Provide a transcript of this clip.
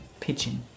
pigeon